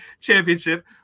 Championship